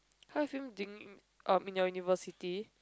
how are you feeling doing um in your university